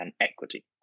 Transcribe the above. equity